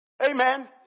Amen